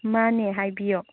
ꯃꯥꯅꯦ ꯍꯥꯏꯕꯤꯌꯣ